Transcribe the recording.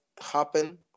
happen